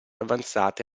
avanzate